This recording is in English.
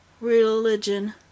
Religion